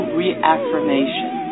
reaffirmation